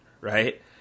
right